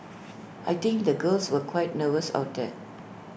I think the girls were quite nervous out there